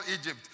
Egypt